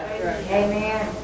Amen